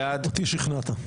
אותי שכנעת.